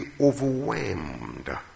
overwhelmed